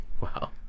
Wow